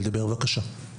בבקשה.